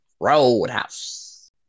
Roadhouse